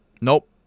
Nope